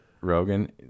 rogan